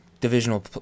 divisional